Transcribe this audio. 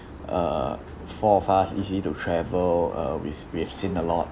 err four of us easy to travel uh we've we've seen a lot